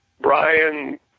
Brian